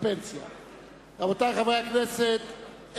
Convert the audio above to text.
רבותי חברי הכנסת,